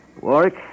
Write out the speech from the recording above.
Warwick